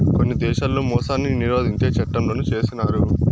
కొన్ని దేశాల్లో మోసాన్ని నిరోధించే చట్టంలను చేసినారు